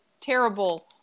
terrible